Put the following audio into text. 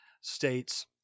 states